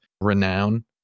renown